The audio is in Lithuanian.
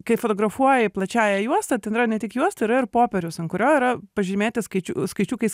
kai fotografuoji plačiąja juosta ten yra ne tik jos yra ir popieriaus ant kurio yra pažymėti skaičiu skaičiukais